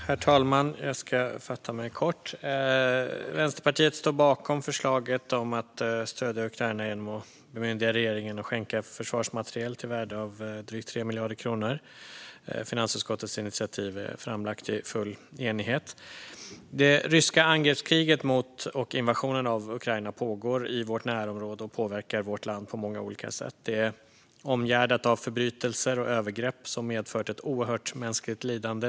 Herr talman! Jag ska fatta mig kort. Vänsterpartiet står bakom förslaget att stödja Ukraina genom att bemyndiga regeringen att skänka försvarsmateriel till ett värde av drygt 3 miljarder kronor. Finansutskottets initiativ är framlagt i full enighet. Det ryska angreppskriget mot och invasionen av Ukraina pågår i vårt närområde och påverkar vårt land på många olika sätt. Det är omgärdat av förbrytelser och övergrepp som medfört ett oerhört mänskligt lidande.